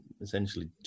essentially